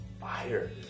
fire